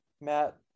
Matt